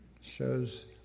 shows